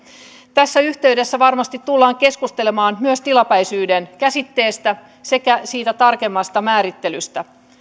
tässä yhteydessä varmasti tullaan keskustelemaan myös tilapäisyyden käsitteestä sekä siitä tarkemmasta määrittelystä